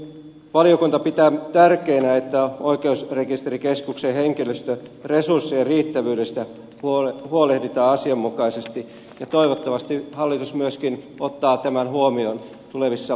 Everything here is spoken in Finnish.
valiokunta pitää tärkeänä että oikeusrekisterikeskuksen henkilöstöresurssien riittävyydestä huolehditaan asianmukaisesti ja toivottavasti hallitus myöskin ottaa tämän huomioon tulevissa päätöksissään